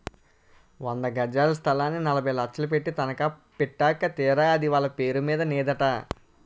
వంద గజాల స్థలాన్ని నలభై లక్షలు పెట్టి తనఖా పెట్టాక తీరా అది వాళ్ళ పేరు మీద నేదట